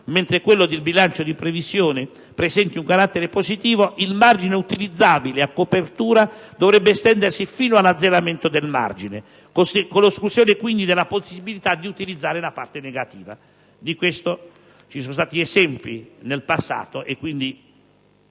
mentre quello del bilancio di previsione presenti un carattere positivo, il margine utilizzabile a copertura dovrebbe estendersi fino all'azzeramento del margine, con esclusione quindi della possibilità di utilizzare la parte negativa. Di questo ci sono stati esempi nel passato e quindi